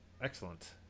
Excellent